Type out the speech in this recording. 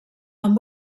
amb